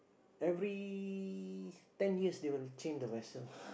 every ten years they will change the vessel